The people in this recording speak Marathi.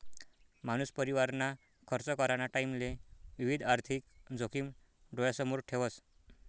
मानूस परिवारना खर्च कराना टाईमले विविध आर्थिक जोखिम डोयासमोर ठेवस